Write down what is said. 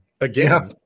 again